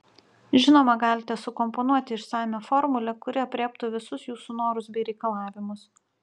žinoma galite sukomponuoti išsamią formulę kuri aprėptų visus jūsų norus bei reikalavimus